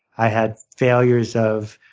i had failures of